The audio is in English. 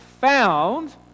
found